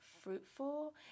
fruitful